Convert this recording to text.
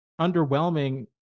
underwhelming